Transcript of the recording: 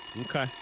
Okay